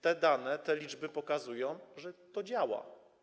Te dane, te liczby pokazują, że to działa.